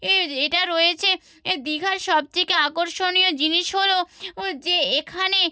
এ এটা রয়েছে এ দীঘার সবথেকে আকর্ষণীয় জিনিস হলো ও যে এখানে